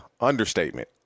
understatement